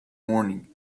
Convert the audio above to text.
morning